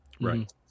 Right